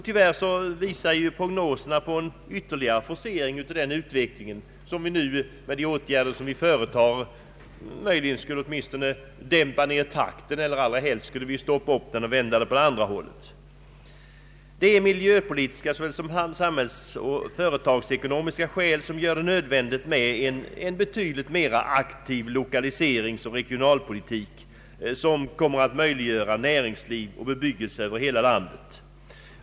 Tyvärr visar prognoserna på en ytterligare forcering av denna utveckling, vilken vi nu med de åtgärder vi företar möjligen åtminstone skulle dämpa takten av eller allra helst vända i motsatt riktning. Det är både miljöpolitiska och samhällsekonomiska skäl som gör det nödvändigt med en betydligt mer aktiv lokaliseringsoch regionalpolitik, som kommer att möjliggöra näringsliv och bebyggelse över hela landet.